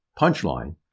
punchline